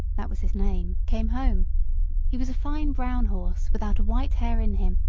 that was his name, came home he was a fine brown horse, without a white hair in him,